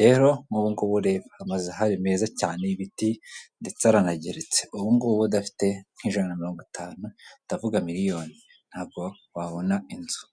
Rero, ubugubu reba amazu meza ahari meza cyane ibiti ndetse aranageretse ubu ngubu adafite nk'ijana na mirongo itanu ndavuga miliyoni ntabwo wabona inzu